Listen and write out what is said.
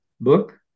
book